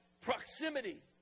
proximity